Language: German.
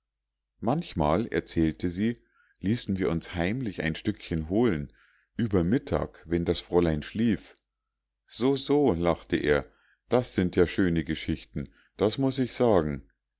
manchmal erzählte sie ließen wir uns heimlich ein stückchen holen über mittag wenn das fräulein schlief so so lachte er das sind ja schöne geschichten das muß ich sagen